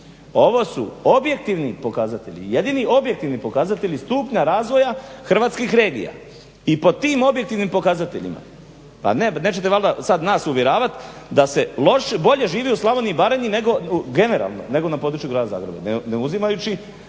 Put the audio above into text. ovo su objektivni pokazatelji, jedini objektivni pokazatelji stupnja razvoja hrvatskih regija. I po tim objektivnim pokazateljima, pa nećete valjda sad nas uvjeravat da se bolje živi u Slavoniji i Baranji nego, generalno na području Grada Zagreba, ne uzimajući